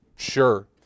sure